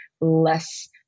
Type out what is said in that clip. less